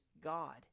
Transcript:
God